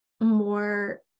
more